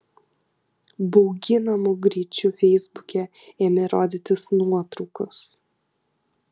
bauginamu greičiu feisbuke ėmė rodytis nuotraukos